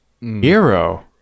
Hero